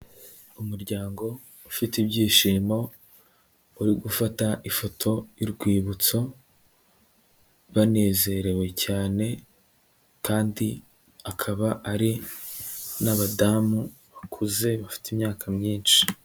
Umuryango ufite ibyishimo, uri gufata ifoto y'urwibutso, banezerewe cyane, kandi akaba ari n'abadamu bakuze bafite imyaka myinshi.